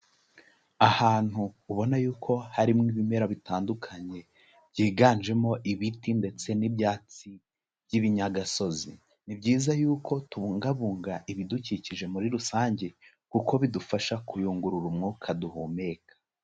Ahantu ubona yuko harimo ibimera bitandukanye byiganjemo ibiti ndetse n'ibyatsi by'ibinyagasozi, ni byiza yuko tubungabunga ibidukikije muri rusange kuko bidufasha kuyungurura umwuka duhumeka.